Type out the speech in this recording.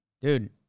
dude